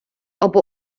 або